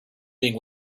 being